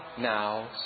now